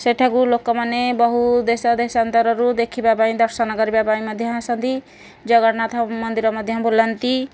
ସେଠାକୁ ଲୋକ ମାନେ ବହୁ ଦେଶଦେଶାନ୍ତରରୁ ଦେଖିବା ପାଇଁ ଦର୍ଶନ କରିବା ପାଇଁ ମଧ୍ୟ ଆସନ୍ତି ଜଗନ୍ନାଥ ମନ୍ଦିର ମଧ୍ୟ ବୁଲନ୍ତି